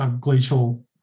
glacial